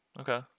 Okay